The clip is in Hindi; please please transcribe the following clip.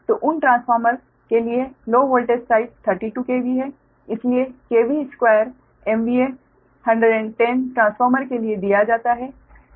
तो उन ट्रांसफॉर्मर के लिए लो वोल्टेज साइड 32 KV है इसलिए 2 MVA 110 ट्रांसफॉर्मर के लिए दिया जाता है